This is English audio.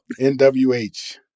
nwh